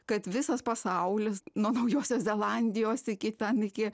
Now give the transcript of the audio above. kad visas pasaulis nuo naujosios zelandijos iki ten iki